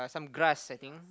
some grass I think